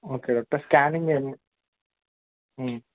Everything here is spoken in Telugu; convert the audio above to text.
ఓకే డాక్టర్ స్కానింగ్ ఏమన్